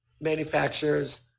manufacturers